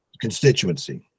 constituency